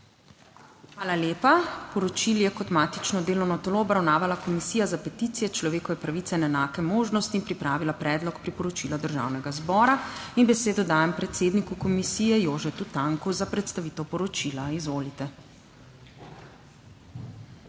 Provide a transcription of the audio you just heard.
Hvala lepa. Poročilo je kot matično delovno telo obravnavala Komisija za peticije, človekove pravice in enake možnosti in pripravila Predlog priporočila Državnega zbora. Besedo dajem predsedniku komisije Jožetu Tanku za predstavitev poročila. Izvolite.